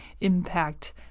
impact